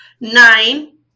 Nine